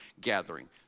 gathering